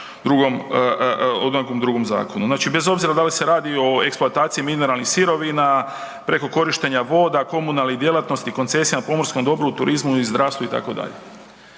drugom zakonu. Znači bez obzira da li se radi o eksploataciji mineralnih sirovina, preko korištenja voda, komunalnih djelatnosti, koncesija na pomorskom dobru, turizmu, zdravstvu, itd.